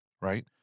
right